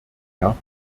herr